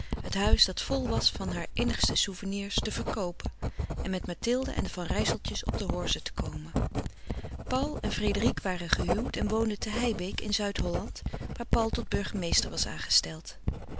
het huis dat vol was van haar innigste souvernirs te verkoopen en met mathilde en de van rijsseltjes op de horze te komen paul en frédérique waren gehuwd en woonden te heibeek in zuid-holland waar paul tot burgemeester was aangesteld